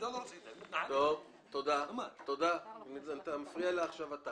ואז באמת תעמדו מאחורי